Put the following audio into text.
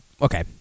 Okay